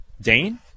Dane